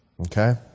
Okay